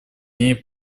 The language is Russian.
ней